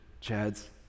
Chad's